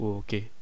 okay